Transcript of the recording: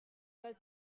most